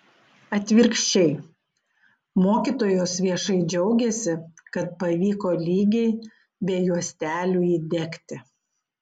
atvirkščiai mokytojos viešai džiaugiasi kad pavyko lygiai be juostelių įdegti